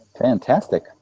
Fantastic